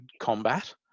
combat